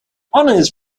honors